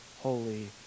holy